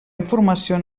informació